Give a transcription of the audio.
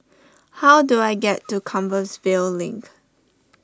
how do I get to Compassvale Link